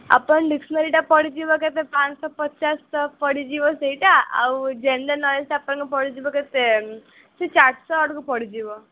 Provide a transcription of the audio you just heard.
ଆପଣ ଡିକ୍ସନାରୀଟା ପଡ଼ି ଯିବ କେତେ ପାଞ୍ଚ ପଚାଶ ଟଙ୍କା ପଡ଼ି ଯିବ ଟଙ୍କା ପଡ଼ି ଯିବ ସେଇଟା ଆଉ ଜେନେରାଲ ନଲେଜ୍ଟା ଆପଣଙ୍କୁ ପଡ଼ି ଯିବ କେତେ ସେ ଚାରି ଶହ ଆଡ଼କୁ ପଡ଼ି ଯିବ